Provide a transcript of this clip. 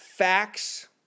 Facts